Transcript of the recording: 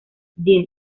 dean